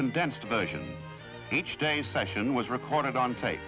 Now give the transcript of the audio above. condensed version each day a session was recorded on tape